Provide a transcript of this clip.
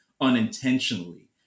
unintentionally